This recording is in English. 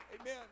Amen